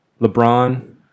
lebron